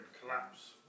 collapse